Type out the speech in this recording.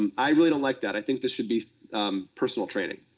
um i really don't like that. i think this should be personal training.